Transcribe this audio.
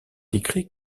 décrit